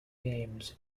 games